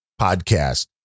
Podcast